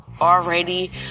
already